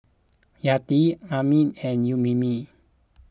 Yati Amrin and Ummi